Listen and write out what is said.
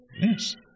Yes